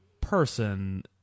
person